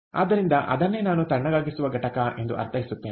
ಆದ್ದರಿಂದ ಅದನ್ನೇ ನಾನು ತಣ್ಣಗಾಗಿಸುವ ಘಟಕ ಎಂದು ಅರ್ಥೈಸುತ್ತೇನೆ